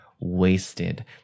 wasted